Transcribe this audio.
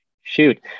shoot